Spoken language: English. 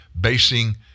basing